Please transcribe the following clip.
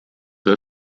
her